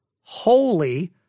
holy